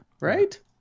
Right